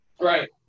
Right